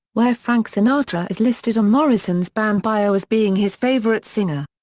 where frank sinatra is listed on morrison's band bio as being his favorite singer.